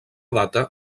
data